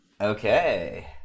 Okay